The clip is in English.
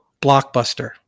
Blockbuster